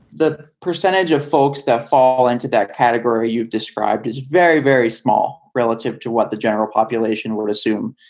the percentage of folks that fall into that category you've described is very, very small relative to what the general population would assume.